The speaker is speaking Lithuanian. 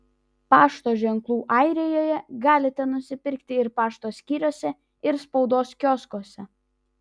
pašto ženklų airijoje galite nusipirkti ir pašto skyriuose ir spaudos kioskuose